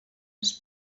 els